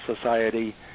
society